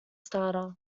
starter